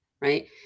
right